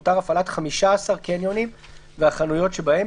תותר הפעלת בתכנית15 קניונים והחנויות שבהם,